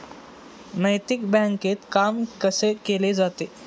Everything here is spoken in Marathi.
नैतिक बँकेत काम कसे केले जाते?